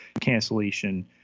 cancellation